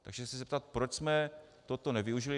Takže se chci zeptat, proč jsme toto nevyužili.